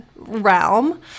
Realm